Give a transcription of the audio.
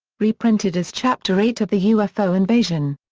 reprinted as chapter eight of the ufo invasion.